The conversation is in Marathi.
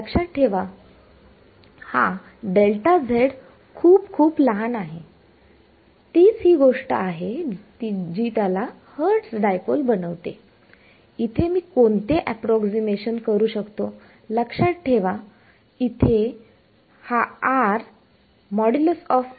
लक्षात ठेवा हा Δz खूप खूप लहान आहे हीच ती गोष्ट आहे जी त्याला हर्टस डायपोल बनवते इथे मी कोणते अप्रॉक्सीमेशन करू शकतो लक्षात ठेवा इथे R हा आहे